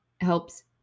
helps